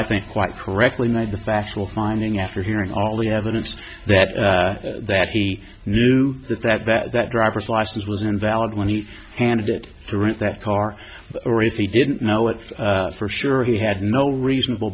i think quite correctly made the factual finding after hearing all the evidence that that he knew that that that that driver's license was invalid when he handed it to rent that car or if he didn't know it for sure he had no reasonable